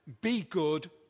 be-good